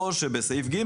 או שבסעיף (ג)